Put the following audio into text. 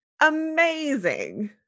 Amazing